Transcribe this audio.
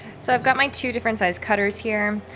so i've got my two different size cutters here.